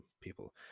people